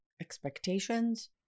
expectations